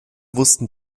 wussten